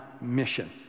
mission